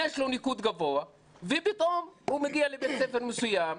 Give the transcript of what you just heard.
יש לו ניקוד גבוה ופתאום הוא מגיע לבית ספר מסוים,